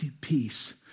Peace